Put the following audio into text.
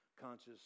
conscious